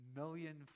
million